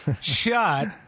shut